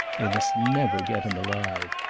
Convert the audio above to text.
they must never get him alive.